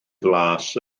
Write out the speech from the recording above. flas